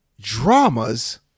dramas